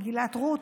במגילת רות,